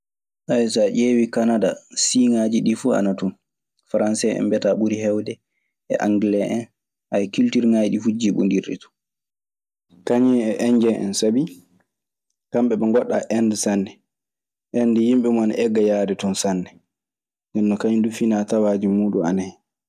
So a ƴeewii Kanada, siiŋaaji ɗii fuu ana ton. Farayse en mbiyataa ɓuri heewde e angele en. Kiltiirŋaaji ɗii fuu jiiɓondirɗi ton. Kañun e Endiyen en, sabi kamɓe ɓe ngoɗɗaa Ende sanne. Ende yimɓe muuɗu ana egga yahde ton sanne. Nden non kañun duu finaa tawaaji muuɗun ana hen.